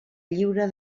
lliura